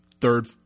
third –